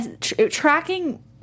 Tracking